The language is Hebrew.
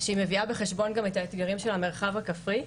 שהיא מביאה בחשבון גם את האתגרים של המרחב הכפרי.